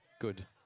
Good